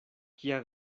kia